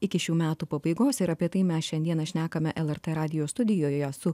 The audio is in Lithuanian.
iki šių metų pabaigos ir apie tai mes šiandieną šnekame el er tė radijo studijoje su